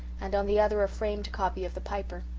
and on the other a framed copy of the piper.